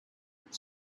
but